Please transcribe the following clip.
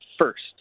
first